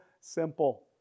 simple